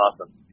awesome